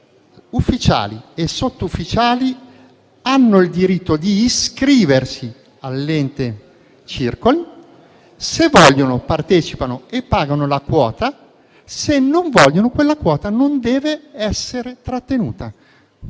ufficiali e sottufficiali hanno il diritto di iscriversi all'ente circolo. Se vogliono, partecipano e pagano la quota; se non vogliono, quella quota non deve essere trattenuta.